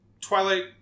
Twilight